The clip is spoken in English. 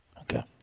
Okay